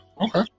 Okay